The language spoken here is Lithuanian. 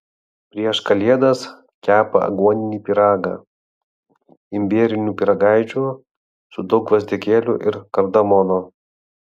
prieš kalėdas kepa aguoninį pyragą imbierinių pyragaičių su daug gvazdikėlių ir kardamono